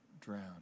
drown